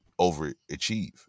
overachieve